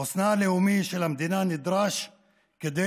חוסנה הלאומי של המדינה נדרש כדי